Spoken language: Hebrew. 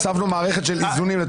הוספנו מערכת של איזונים למערכת הזאת.